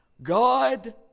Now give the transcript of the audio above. God